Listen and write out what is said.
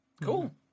Cool